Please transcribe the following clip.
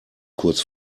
kurz